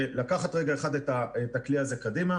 לקחת רגע אחד את הכלי הזה קדימה.